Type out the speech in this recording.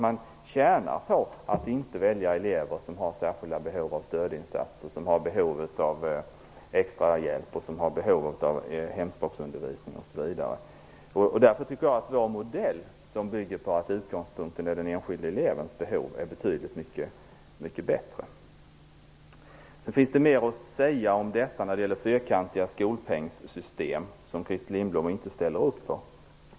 Man tjänar ju på att inte välja elever som har särskilda behov av stödinsatser i form av extra hjälp, hemspråksundervisning osv. Vår modell, som bygger på att utgångspunkten är den enskilde elevens behov, är betydligt mycket bättre. Det finns mer att säga vad gäller fyrkantiga skolpengssystem, något som Christer Lindblom inte ställer upp på.